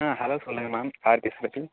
ஆ hello சொல்லுங்கள் ma'am